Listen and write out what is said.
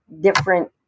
different